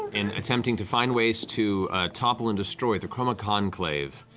in attempting to find ways to topple and destroy the chroma conclave,